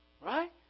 Right